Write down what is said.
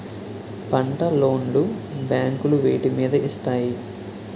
పంట లోన్ లు బ్యాంకులు వేటి మీద ఇస్తాయి?